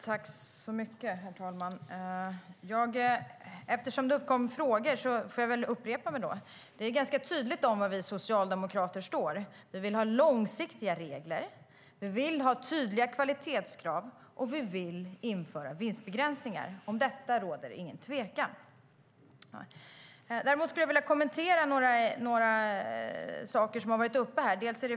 Herr talman! Eftersom det uppkom frågor får jag väl upprepa det jag sade. Det är ganska tydligt var vi socialdemokrater står. Vi vill ha långsiktiga regler, vi vill ha tydliga kvalitetskrav och vi vill införa vinstbegränsningar. Om detta råder ingen tvekan. Jag vill kommentera några saker som har tagits upp.